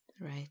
Right